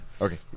Okay